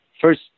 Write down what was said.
first